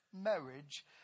Marriage